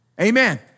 Amen